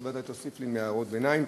אתה ודאי תוסיף לי בהערות ביניים,